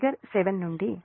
figure 7 నుండి